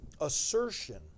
assertion